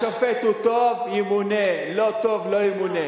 השופט הוא טוב, ימונה, לא טוב, לא ימונה.